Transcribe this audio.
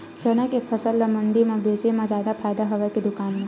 चना के फसल ल मंडी म बेचे म जादा फ़ायदा हवय के दुकान म?